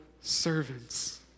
servants